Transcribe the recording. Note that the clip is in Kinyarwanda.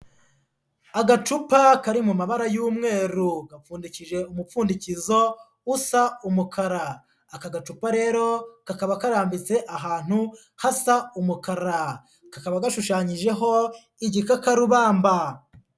Agacupa kari mu mabara y'umweru gapfundikije umupfundikizo usa umukara, aka gacupa rero kakaba karambitse ahantu hasa umukara, kakaba gashushanyijeho igikakarubamba.